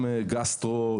גסטרו,